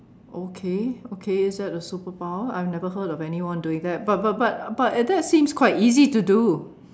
okay okay is that the superpower I've never heard of anyone doing that but but but but that seems quite easy to do